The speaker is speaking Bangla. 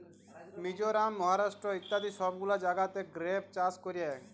মিজরাম, মহারাষ্ট্র ইত্যাদি সব গুলা জাগাতে গ্রেপ চাষ ক্যরে